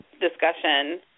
discussion